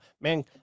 man